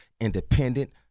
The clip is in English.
independent